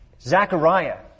Zechariah